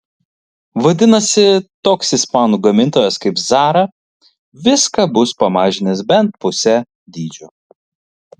vadinasi toks ispanų gamintojas kaip zara viską bus pamažinęs bent pusę dydžio